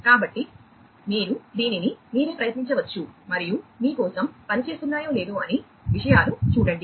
కాబట్టి మీరు దీనిని మీరే ప్రయత్నించవచ్చు మరియు మీ కోసం పని చేస్తున్నాయా లేదా అని విషయాలు చూడండి